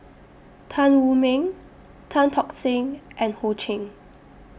Tan Wu Meng Tan Tock Seng and Ho Ching